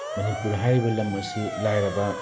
ꯃꯅꯤꯄꯨꯔ ꯍꯥꯏꯔꯤꯕ ꯂꯝ ꯑꯁꯤ ꯂꯥꯏꯔꯕ